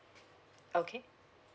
okay